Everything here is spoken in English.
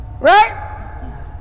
Right